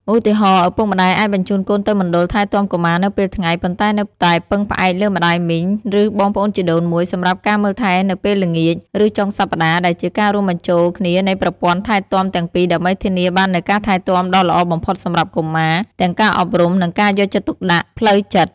ឧទាហរណ៍ ឪពុកម្ដាយអាចបញ្ជូនកូនទៅមណ្ឌលថែទាំកុមារនៅពេលថ្ងៃ ប៉ុន្តែនៅតែពឹងផ្អែកលើម្ដាយមីង ឬបងប្អូនជីដូនមួយសម្រាប់ការមើលថែនៅពេលល្ងាច ឬចុងសប្ដាហ៍ ដែលជាការរួមបញ្ចូលគ្នានៃប្រព័ន្ធថែទាំទាំងពីរដើម្បីធានាបាននូវការថែទាំដ៏ល្អបំផុតសម្រាប់កុមារ ទាំងការអប់រំ និងការយកចិត្តទុកដាក់ផ្លូវចិត្ត។